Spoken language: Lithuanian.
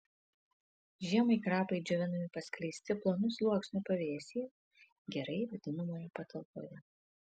žiemai krapai džiovinami paskleisti plonu sluoksniu pavėsyje gerai vėdinamoje patalpoje